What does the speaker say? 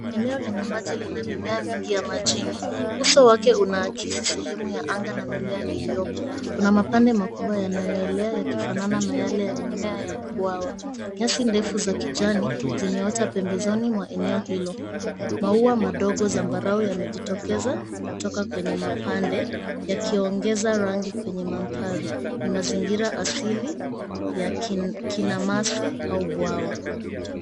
Eneo lenye maji lina mimea mingi ya majini. Uso wake unaakisi sehemu ya anga na mimea iliyopo. Kuna mapande makubwa yanayoelea yakifanana na yale ya mimea ya bwawa. Nyasi ndefu za kijani zimeota pembezoni mwa eneo hilo. Maua madogo zambarau yamejitokeza kutoka kwenye mapande yakiongeza rangi kwenye mandhari. Ni mazingira asili ya kinamasi au bwawa.